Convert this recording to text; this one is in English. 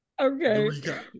Okay